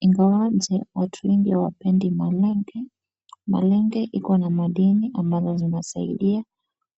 Ingawaje watu wengi hawapendi malenge, malenge iko na madini ambazo zinasaidia